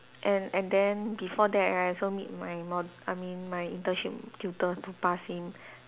and and then before that right I also meet my mo~ I mean my internship tutor to pass him